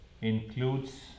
includes